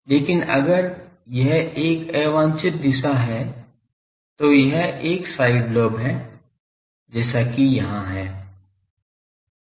लेकिन अगर यह एक अवांछित दिशा है तो यह एक साइड लोब है जैसा कि यहाँ है